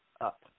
up